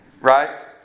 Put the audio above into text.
right